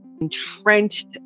entrenched